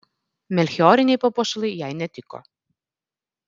melchioriniai papuošalai jai netiko